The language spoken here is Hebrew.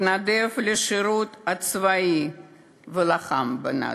התנדב לשירות הצבאי ולחם בנאצים.